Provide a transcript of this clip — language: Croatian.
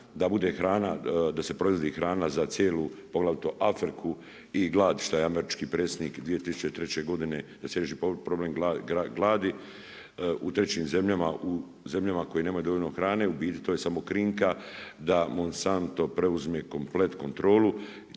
da se proizvodi hrana za cijelu Afriku i glad što je američki predsjednik 2003. godine da se riješi problem gladi u trećim zemljama u zemljama koje nemaju dovoljno hrane. U biti to je samo krinka da MOnsanto preuzme komplet kontrolu